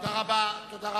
תודה רבה.